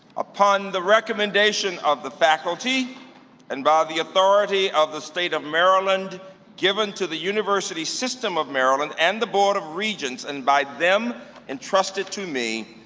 upon the recommendation of the faculty and by the authority of the state of maryland given to the university system of maryland and the board of regents and by them entrusted to me,